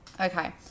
okay